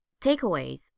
takeaways